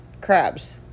crabs